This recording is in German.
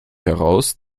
heraus